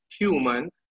human